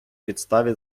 підставі